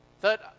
Third